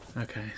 Okay